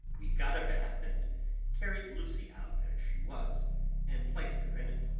we got a bath and carried lucy out as she was and placed her in it.